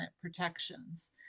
protections